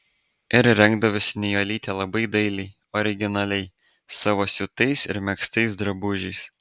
ir rengdavosi nijolytė labai dailiai originaliai savo siūtais ir megztais drabužiais